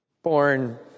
Born